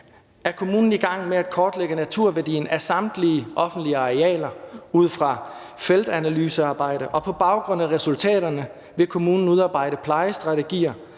er kommunen i gang med at kortlægge naturværdien af samtlige offentlige arealer ud fra feltanalysearbejde, og på baggrund af resultaterne vil kommunen udarbejde plejestrategier,